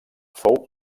fou